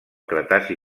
cretaci